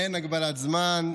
אין הגבלת זמן.